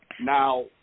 now